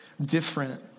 different